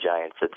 Giants